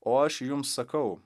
o aš jums sakau